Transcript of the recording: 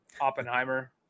Oppenheimer